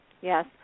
Yes